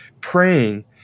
praying